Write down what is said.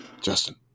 Justin